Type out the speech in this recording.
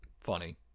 funny